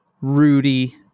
Rudy